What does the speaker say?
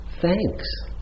thanks